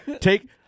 Take